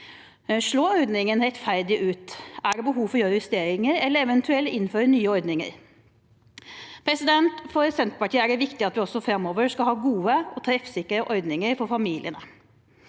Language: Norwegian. slår ordningene rettferdig ut, er det behov for å gjøre justeringer eller eventuelt innføre nye ordninger? For Senterpartiet er det viktig at vi også framover skal ha gode og treffsikre ordninger for familiene.